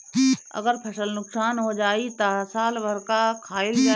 अगर फसल नुकसान हो जाई त साल भर का खाईल जाई